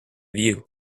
view